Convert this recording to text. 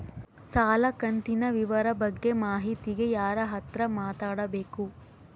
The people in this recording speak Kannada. ಸಾಲ ಕಂತಿನ ವಿವರ ಬಗ್ಗೆ ಮಾಹಿತಿಗೆ ಯಾರ ಹತ್ರ ಮಾತಾಡಬೇಕು?